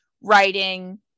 writing